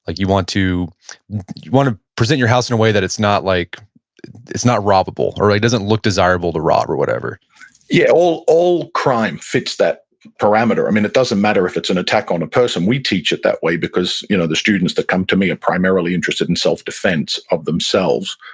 like you want to want to present your house in a way that it's not like it's not robabble, or it doesn't look desirable to rob or whatever yeah. all all crime fits that parameter. it doesn't matter if it's an attack on a person. we teach it that way because you know the students that come to me are primarily interested in self-defense of themselves.